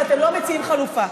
ואתם לא מציעים חלופה.